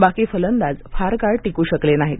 बाकी फलंदाज फार काळ टिकू शकले नाहीत